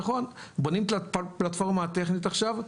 בונים פלטפורמה טכנית עכשיו,